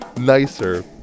nicer